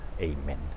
Amen